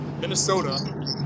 Minnesota